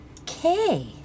Okay